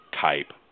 type